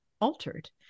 altered